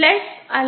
அல்லது jbeta d